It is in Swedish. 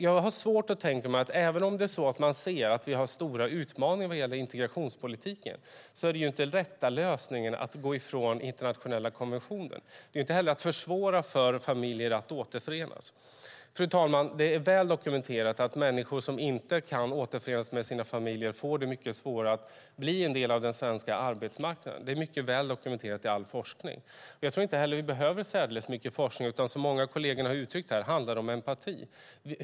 Jag har svårt att tänka mig att den rätta lösningen skulle vara att gå ifrån internationella konventioner även om man ser att vi har stora utmaningar när det gäller integrationspolitiken. Lösningen är inte heller att försvåra för familjer att återförenas. Fru talman! Det är väl dokumenterat att människor som inte kan återförenas med sina familjer får det mycket svårare att bli en del av den svenska arbetsmarknaden. Det är mycket väl dokumenterat i all forskning. Jag tror inte heller att vi behöver särdeles mycket forskning, utan som många av kollegerna har uttryckt här handlar det om empati.